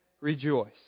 rejoice